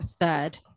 third